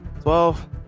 twelve